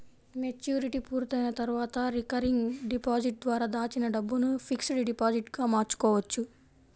maturity పూర్తయిన తర్వాత recurring deposit ద్వారా దాచిన డబ్బును ఫిక్స్డ్ డిపాజిట్ గా మార్చుకోవచ్చు